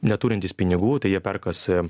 neturintys pinigų tai jie perkasi